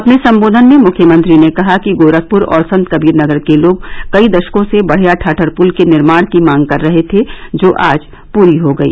अपने संबोधन में मुख्यमंत्री ने कहा कि गोरखपुर और संतकबीरनगर के लोग कई दशकों से बढ़या ठाठर पुल के निर्माण की मांग कर रहे थे जो आज पूरी हो गई